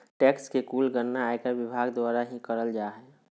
tax के कुल गणना आयकर विभाग द्वारा ही करल जा हय